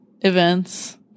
events